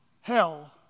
hell